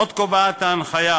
עוד קובעת ההנחיה